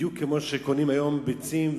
בדיוק כמו שקונים היום ביצים.